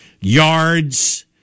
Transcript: yards